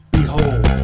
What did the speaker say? behold